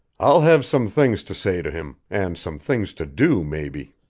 i'll have some things to say to him and some things to do, maybe.